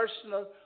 personal